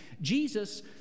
Jesus